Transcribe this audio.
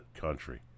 country